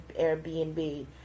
Airbnb